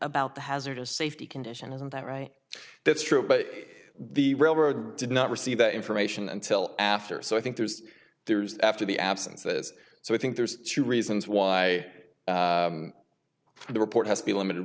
about the hazardous safety condition isn't that right that's true but the railroad did not receive that information until after so i think there's there's after the absence as so i think there's two reasons why the report has to be limited